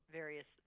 various